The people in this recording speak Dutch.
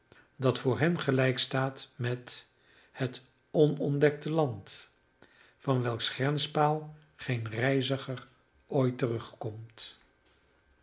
dat voor hen gelijkstaat met het onontdekte land van welks grenspaal geen reiziger ooit terugkomt